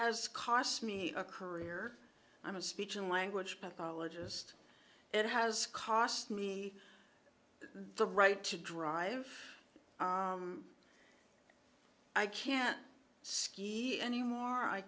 has cost me a career i'm a speech and language pathologist it has cost me the right to drive i can't ski anymore i